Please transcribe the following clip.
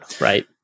right